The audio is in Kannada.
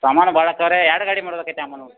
ಸಾಮಾನು ಬಾಳಕವ್ರೆ ಎರಡು ಗಾಡಿ ಮಾಡಬೇಕೈತಿ ಅಮ್ಮನವ್ರು